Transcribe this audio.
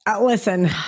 Listen